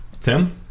Tim